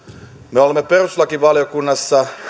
me olemme perustuslakivaliokunnassa